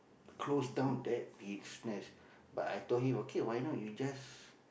close down that business but I told him okay why not you just